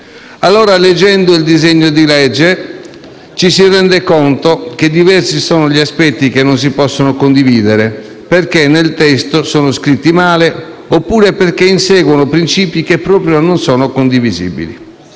Leggendo il disegno di legge in esame ci si rende conto che diversi sono gli aspetti che non si possono condividere, perché nel testo sono scritti male oppure perché inseguono principi che proprio non sono condivisibili.